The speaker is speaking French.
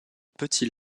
petits